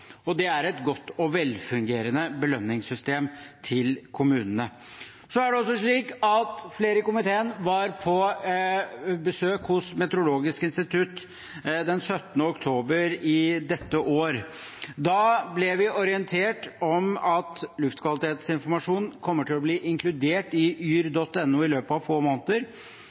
og det er et godt og velfungerende belønningssystem til kommunene. Flere i komiteen var på besøk hos Meteorologisk institutt den 17. oktober dette året. Da ble vi orientert om at luftkvalitetsinformasjon kommer til å bli inkludert i yr.no i løpet av få måneder.